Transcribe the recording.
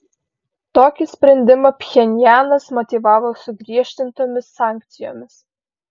tokį sprendimą pchenjanas motyvavo sugriežtintomis sankcijomis